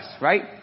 right